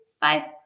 Bye